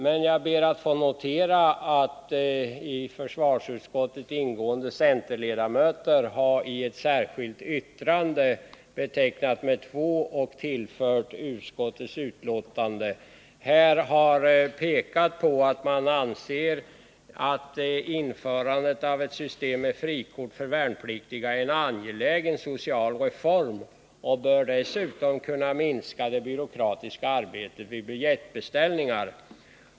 Men jag ber att få notera att i försvarsutskottet ingående centerledamöter i ett särskilt yttrande, betecknat 2 och tillfört utskottets betänkande, har uttalat att man anser att införandet av ett system med frikort för värnpliktiga är en angelägen social reform, som dessutom bör kunna minska det byråkratiska arbetet vid biljettbeställningar.